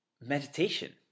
meditation